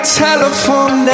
telephone